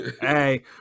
Hey